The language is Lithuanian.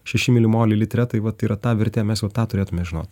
šeši mylimoliai litre tai vat yra ta vertė mes jau tą turėtume žinot